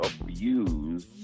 abuse